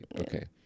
Okay